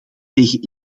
tegen